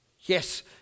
Yes